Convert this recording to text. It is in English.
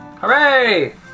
Hooray